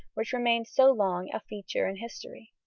which remained so long a feature in history.